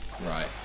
Right